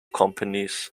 companies